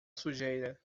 sujeira